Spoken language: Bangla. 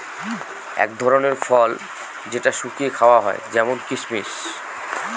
এক ধরনের ফল যেটা শুকিয়ে খাওয়া হয় যেমন কিসমিস